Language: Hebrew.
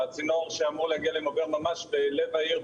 הצינור שאמור להגיע אליהם עובר ממש בלב העיר,